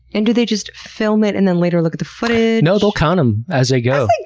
and do they just film it and then later look at the footage? no, they'll count them as they go.